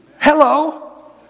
Hello